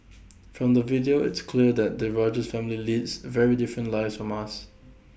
from the video it's clear that the Rogers family leads very different lives from us